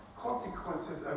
consequences